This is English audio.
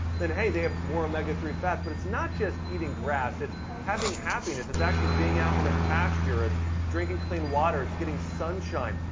then hey, they have more omega three fats. but it's not just eating grass, it's having happiness. it's actually being out in the pasture, it's drinking clean water, it's getting sunshine.